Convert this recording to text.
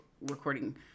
recording